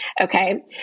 Okay